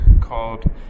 called